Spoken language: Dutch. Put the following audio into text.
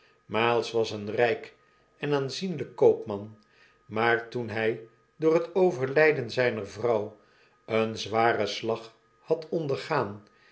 miles was een ryk en aanzienhjk koopman tnaar toen hjj door het overladen zyner vrouw een zwaren slag had ondergaan